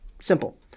Simple